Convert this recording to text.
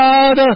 God